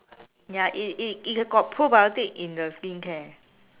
ya it it it got probiotic in the skincare